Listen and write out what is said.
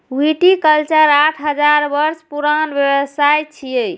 viticulture आठ हजार वर्ष पुरान व्यवसाय छियै